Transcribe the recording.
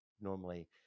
normally